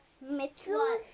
Mitchell